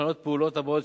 מתוכננות הפעולות הבאות,